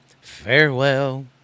Farewell